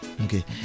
okay